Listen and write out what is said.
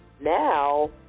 now